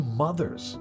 mothers